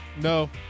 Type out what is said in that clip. no